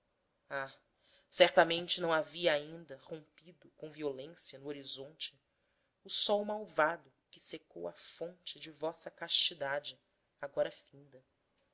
ah certamente não havia ainda rompido com violência no horizonte o sol malvado que secou a fonte de vossa castidade agora finda